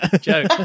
joke